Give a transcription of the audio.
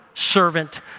servant